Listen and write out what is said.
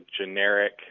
generic